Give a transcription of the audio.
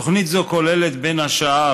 תוכנית זו כוללת, בין השאר,